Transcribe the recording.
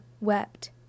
wept